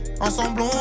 Ensemble